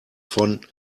von